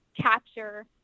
capture